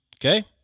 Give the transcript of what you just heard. Okay